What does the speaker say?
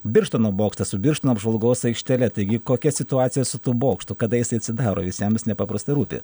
birštono bokštas su birštono apžvalgos aikštele taigi kokia situacija su tu bokštų kada jisai atsidaro visiem jis nepaprastai rūpi